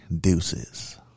deuces